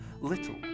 little